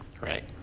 Right